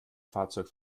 fahrzeug